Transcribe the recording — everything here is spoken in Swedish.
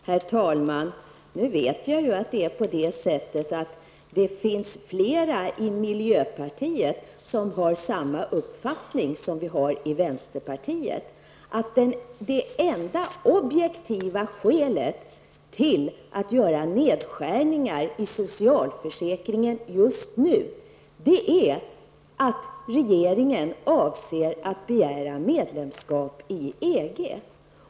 Herr talman! Jag vet att det finns flera i miljöpartiet som har samma uppfattning som vi har i vänsterpartiet. Det enda objektiva skälet till att göra en nedskärning i socialförsäkringen just nu är att regeringen avser att söka medlemskap i EG.